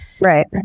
Right